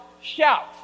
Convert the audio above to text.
shout